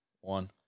one